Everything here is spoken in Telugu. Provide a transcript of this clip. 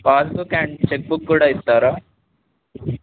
పాస్బుక్ అండ్ చెక్ బుక్ కూడా ఇస్తారా